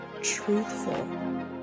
truthful